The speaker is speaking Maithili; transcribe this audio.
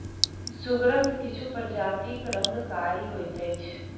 सुगरक किछु प्रजातिक रंग कारी होइत अछि